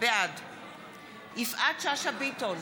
בעד יפעת שאשא ביטון,